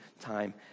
time